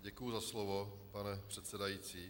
Děkuji za slovo, pane předsedající.